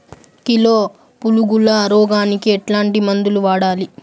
Kilo పులుగుల రోగానికి ఎట్లాంటి మందులు వాడాలి?